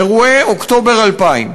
אירועי אוקטובר 2000,